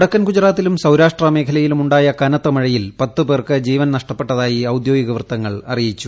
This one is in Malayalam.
വടക്കൻ ഗുജറാത്തിലും സൌരാഷ്ട്ര മേഖലയിലും ഉ ായ കനത്ത മഴയിൽ പത്ത് പേർക്ക് ജീവൻ നഷ്ടപ്പെട്ടതായി ഔദ്യോഗിക വൃത്തങ്ങൾ അറിയിച്ചു